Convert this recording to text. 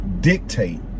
dictate